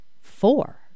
four